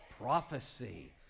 prophecy